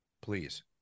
please